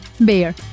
Bear